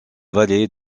valet